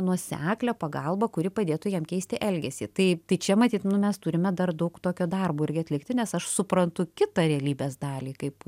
nuoseklią pagalbą kuri padėtų jam keisti elgesį tai tai čia matyt mes turime dar daug tokio darbo irgi atlikti nes aš suprantu kitą realybės dalį kaip